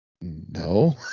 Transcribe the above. No